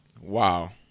wow